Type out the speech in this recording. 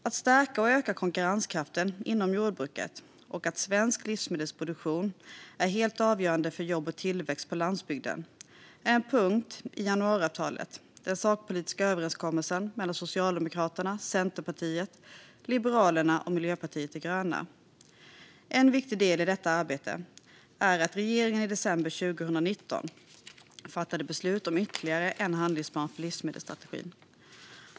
Att stärka och öka konkurrenskraften inom jordbruket och att svensk livsmedelsproduktion är helt avgörande för jobb och tillväxt på landsbygden är en punkt i januariavtalet, den sakpolitiska överenskommelsen mellan Socialdemokraterna, Centerpartiet, Liberalerna och Miljöpartiet de gröna. En viktig del i detta arbete är att regeringen i december 2019 fattade beslut om ytterligare en handlingsplan för livsmedelsstrategin.